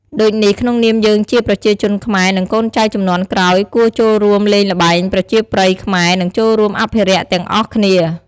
ដូចនេះក្នុងនាមយើងជាប្រជាជនខ្មែរនិងកូនចៅជំនាន់ក្រោយគួរចូលរួមលេងល្បែងប្រជាប្រិយខ្មែរនិងចូររួមអភិរក្សទាំងអស់គ្នា។